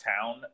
town